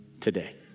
today